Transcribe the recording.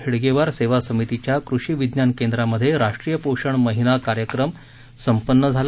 हेडगेवार सेवा समितीच्या कृषी विज्ञान केंद्रामधे राष्ट्रीय पोषण महिनाचा कार्यक्रम संपन्न झाला